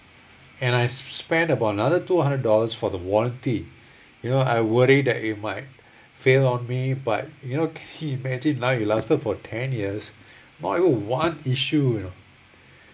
and I spend about another two hundred dollars for the warranty you know I worry that it might fail on me but you know he imagine now it lasted for ten years no even one issue you know